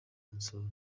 kunsura